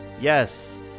Yes